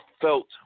felt